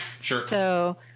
Sure